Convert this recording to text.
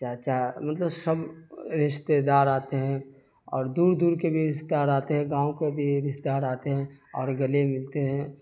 چاچا مطلب سب رشتےدار آتے ہیں اور دور دور کے بھی رشتےدار آتے ہیں گاؤں کے بھی رشتےدار آتے ہیں اور گلے ملتے ہیں